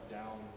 down